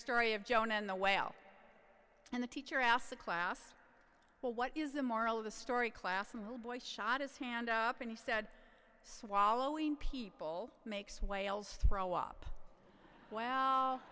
story of jonah and the whale and the teacher asked the class well what is the moral of the story class move boy shot his hand up and he said swallowing people makes whales throw up well